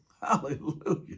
Hallelujah